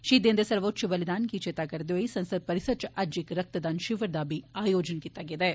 शहीदें दे सर्वेच्चय बलिदान गी चेता करदे होई संसद परिसर च अज्ज इक रक्तदान शिवर दा बी आयोजन कीता गेया ऐ